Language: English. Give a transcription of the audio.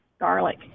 Garlic